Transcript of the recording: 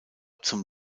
zum